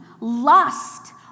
lust